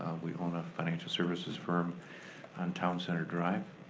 we own a financial services firm on town center drive.